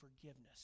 forgiveness